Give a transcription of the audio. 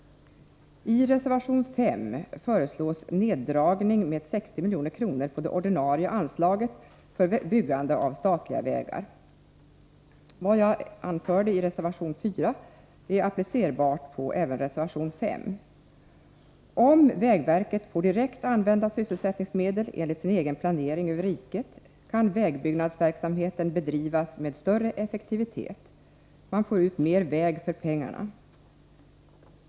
I reservation 5 föreslås neddragning med 60 milj.kr. på det ordinarie anslaget för byggande av statliga vägar. Vad jag anförde beträffande reservation 4 är applicerbart på även reservation 5. Om vägverket får direkt använda sysselsättningsmedel enligt sin egen planering över riket kan vägbyggnadsverksamheten bedrivas med större effektivitet. Man får ut mer väg för pengarna.